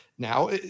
Now